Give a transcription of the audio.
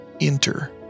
Enter